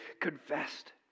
confessed